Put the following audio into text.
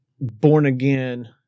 born-again